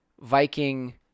Viking